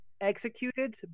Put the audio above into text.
executed